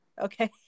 Okay